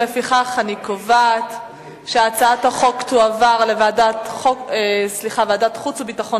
לפיכך אני קובעת שהצעת החוק תועבר לוועדת החוץ והביטחון